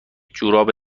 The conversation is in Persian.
جوراب